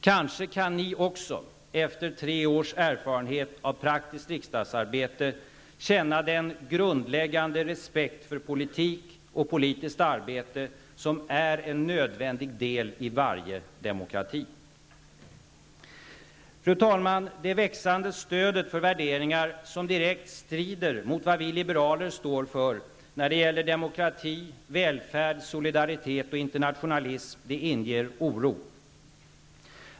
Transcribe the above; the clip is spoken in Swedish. Kanske kan ni också efter tre års erfarenhet av praktiskt riksdagsarbete känna den grundläggande respekt för politik och politiskt arbete som är en nödvändig del i varje demokrati. Fru talman! Det växande stödet för värderingar som direkt strider mot det vi liberaler står för när det gäller demokrati, välfärd, solidaritet och internationalism inger oro.